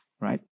right